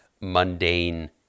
mundane